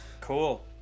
cool